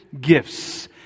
gifts